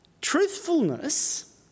truthfulness